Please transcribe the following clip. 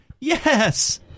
Yes